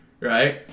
right